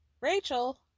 Rachel